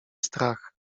strach